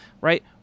right